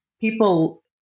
people